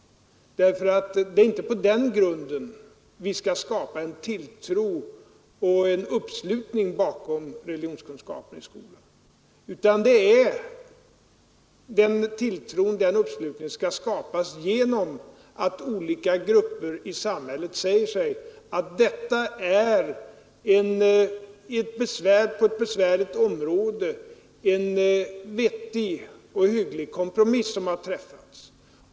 Det är inte på den grunden vi skall skapa en tilltro till och en uppslutning bakom religionskunskapen i skolan, utan den tilltron och den uppslutningen skall skapas genom att olika grupper i samhället säger sig att på ett besvärligt område är detta en vettig och hygglig kompromiss som har träffats.